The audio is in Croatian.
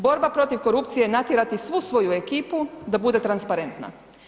Borba protiv korupcije je natjerati svu svoju ekipu da bude transparentna.